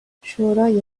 شورای